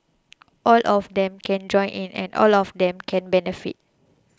all of them can join in and all of them can benefit